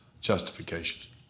justification